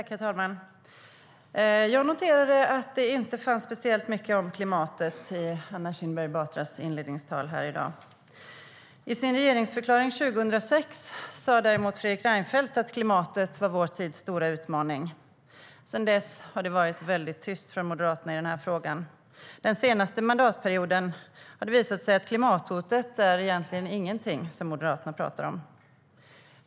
Herr talman! Jag noterade att det inte fanns speciellt mycket om klimatet i Anna Kinberg Batras inledningstal här i dag. I sin regeringsförklaring 2006 sa däremot Fredrik Reinfeldt att klimatet var vår tids stora utmaning. Sedan dess har det varit väldigt tyst från Moderaterna i frågan. Under den senaste mandatperioden har det visat sig att klimathotet egentligen inte är någonting som Moderaterna talar om.